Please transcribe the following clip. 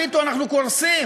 הביטו אנחנו קורסים,